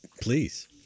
Please